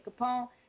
Capone